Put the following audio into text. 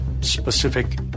specific